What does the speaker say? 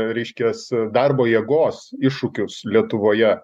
reiškias darbo jėgos iššūkius lietuvoje